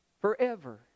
forever